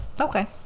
Okay